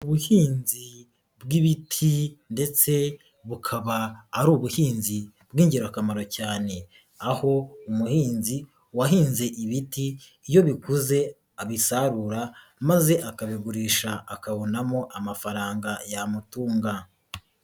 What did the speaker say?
Ubuhinzi bw'ibiti ndetse bukaba ari ubuhinzi bw'ingirakamaro cyane, aho umuhinzi wahinze ibiti iyo bikuze abisarura maze akabigurisha akabonamo amafaranga yamutunga.